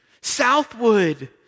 southwood